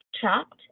chopped